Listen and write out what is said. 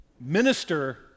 minister